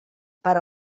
per